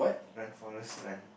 run forest run